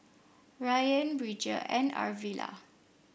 Rayan Bridger and Arvilla